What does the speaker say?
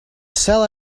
sell